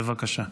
בבקשה.